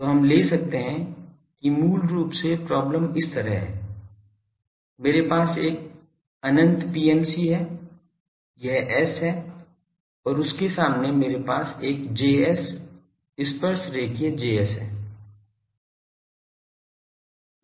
तो हम ले सकते हैं कि मूल रूप से प्रॉब्लम इस तरह है मेरे पास एक अनंत PMC है यह S है और उसके सामने मेरे पास एक Js स्पर्शरेखीय Js है